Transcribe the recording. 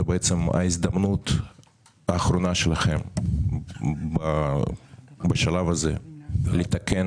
ההזדמנות האחרונה שלכם בשלב הזה לתקן